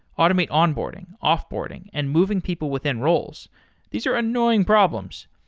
automate onboarding, off-boarding and moving people within roles these are annoying problems.